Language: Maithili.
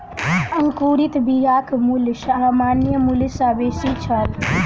अंकुरित बियाक मूल्य सामान्य मूल्य सॅ बेसी छल